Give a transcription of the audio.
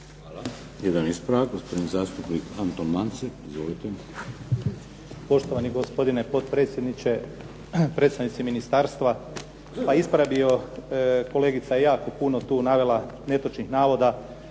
Hvala. Jedan ispravak gospodin zastupnik Anton Mance. Izvolite. **Mance, Anton (HDZ)** Poštovani gospodine potpredsjedniče, predstavnici ministarstva. Pa ispravio, kolegica je jako puno navela tu netočnih navoda.